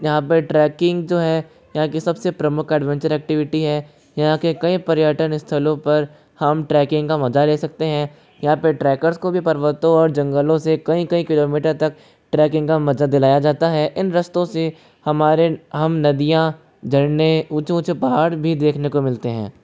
यहाँ पे ट्रैकिंग जो है यहाँ की सबसे प्रमुख एडवेंचर ऐक्टिविटी है यहाँ के कई पर्यटन स्थलों पर हम ट्रैकिंग का मज़ा ले सकते हैं यहाँ पे ट्रैकर्स को भी पर्वतों और जंगलों से कईं कईं किलोमीटर तक ट्रैकिंग का मज़ा दिलाया जाता है इन रस्तों से हमारे हम नदियाँ झरने ऊंचे ऊंचे पहाड़ भी देखने को मिलते हैं